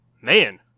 man